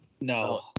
No